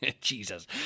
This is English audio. Jesus